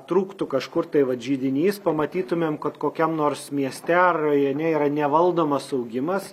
trūktų kažkur tai vat židinys pamatytumėm kad kokiam nors mieste ar rajone yra nevaldomas augimas